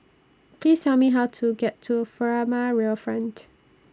Please Tell Me How to get to Furama Riverfront